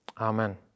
Amen